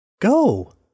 Go